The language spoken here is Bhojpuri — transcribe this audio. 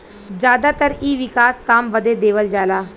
जादातर इ विकास काम बदे देवल जाला